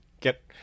get